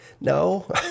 no